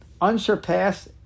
unsurpassed